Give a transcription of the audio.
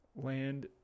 land